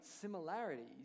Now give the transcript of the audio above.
similarities